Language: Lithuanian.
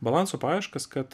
balanso paieškas kad